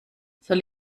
soll